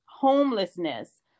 Homelessness